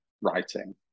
writing